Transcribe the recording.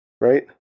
right